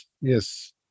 yes